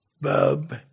Bub